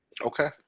Okay